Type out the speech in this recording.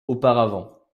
auparavant